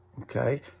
Okay